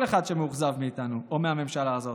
אל כל אחד שמאוכזב מאיתנו או מהממשלה הזאת.